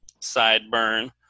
sideburn